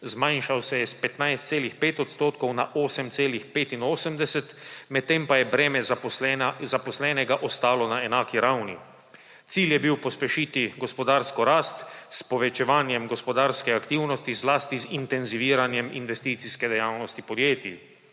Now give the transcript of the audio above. Zmanjšal se je s 15,5 odstotka na 8,85, medtem pa je breme zaposlenega ostalo na enaki ravni. Cilj je bil pospešiti gospodarsko rast s povečevanjem gospodarske aktivnosti, zlasti z intenziviranjem investicijske dejavnosti podjetij.